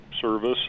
service